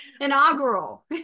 Inaugural